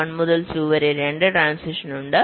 1 മുതൽ 2 വരെ 2 ട്രാന്സിഷനുണ്ട്